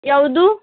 ಯಾವುದು